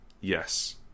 Yes